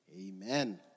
amen